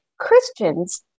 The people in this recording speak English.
Christians